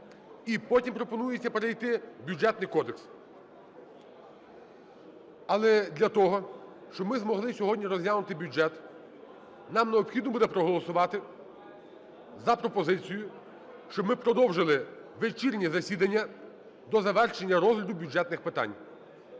І потім пропонується перейти до Бюджетного кодексу. Але для того, щоб ми змогли сьогодні розглянути бюджет, нам необхідно буде проголосувати за пропозицію, щоб ми продовжили вечірнє засідання до завершення розгляду бюджетних питань.